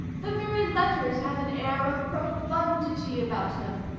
the very letters have an air of profundity about them.